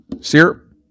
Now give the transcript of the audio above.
Syrup